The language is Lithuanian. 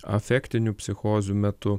afektinių psichozių metu